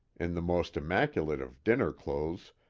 in the most immaculate of dinner clothes,